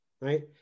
right